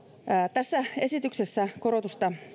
tässä esityksessä korotusta